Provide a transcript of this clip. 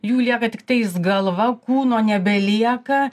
jų lieka tiktais galva kūno nebelieka